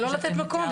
זה לא לתת מקום,